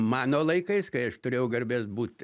mano laikais kai aš turėjau garbės būt